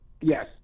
Yes